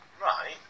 Right